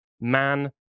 man